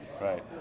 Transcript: Right